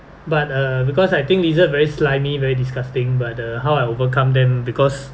but uh because I think lizard very slimy very disgusting but uh how I overcome them because